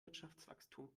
wirtschaftswachstum